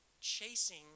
chasing